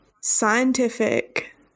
scientific